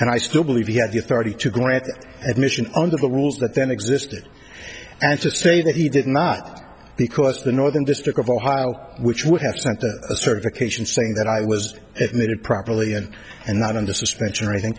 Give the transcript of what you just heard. and i still believe he had the authority to grant admission under the rules that then existed and to say that he did not because the northern district of ohio which would have sent a certification saying that i was it made it properly and and not under suspension or anything